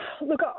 Look